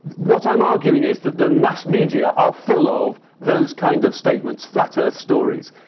what i'm arguing is that the mass media are full of those kinds of statements flat earth stories.